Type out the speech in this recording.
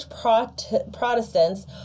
Protestants